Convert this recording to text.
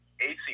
AC